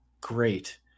great